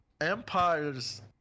empires